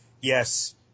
yes